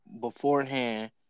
beforehand